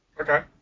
Okay